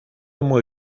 muy